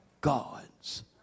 God's